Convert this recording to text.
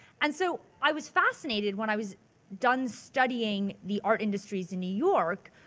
and so i was fascinated when i was done studying the art industries in new york,